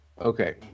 okay